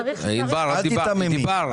אל תיתממי.